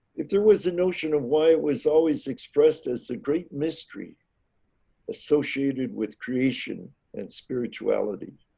if there was a notion of why was always expressed as a great mystery associated with creation and spirituality